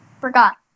Forgot